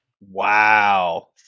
wow